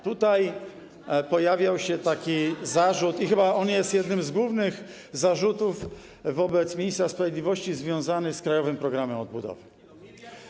Tutaj pojawiał się taki zarzut - i chyba on jest jednym z głównych zarzutów wobec ministra sprawiedliwości związany z krajowym programem odbudowy.